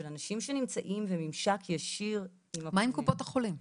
של אנשים שנמצאים בממשק ישיר --- מה עם קופות החולים?